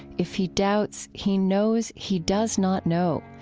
if he doubts, he knows he does not know.